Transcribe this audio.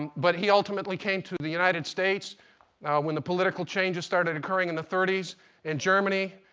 but he ultimately came to the united states when the political changes started occurring in the thirties in germany.